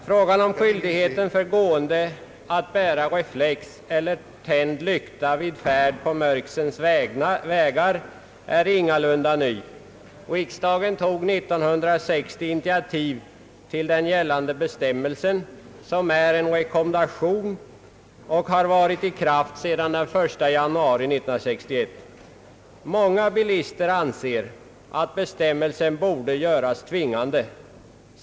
Frågan om skyldighet för gående att bära reflex eller tänd lykta vid färd på mörksens vägar är ingalunda ny. Riksdagen tog 1960 initiativ till den gällande bestämmelsen, som är en rekommendation och har varit i kraft sedan den 1 januari 1961. Många bilister anser att bestämmelsen borde göras tvingande.